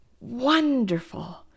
Wonderful